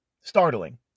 startling